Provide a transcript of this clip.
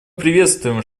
приветствуем